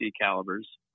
calibers